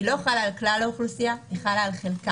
היא לא חלה על כלל האוכלוסייה, היא חלה על חלקה.